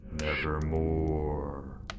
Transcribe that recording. Nevermore